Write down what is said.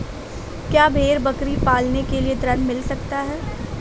क्या भेड़ बकरी पालने के लिए ऋण मिल सकता है?